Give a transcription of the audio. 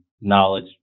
knowledge